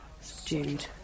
stewed